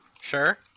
sure